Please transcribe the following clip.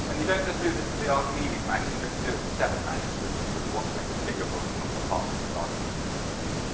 and you don't just do this to the archimedes manuscripts, you do it to seven manuscripts, because you want to make a bigger book than all the parts that archimedes could use.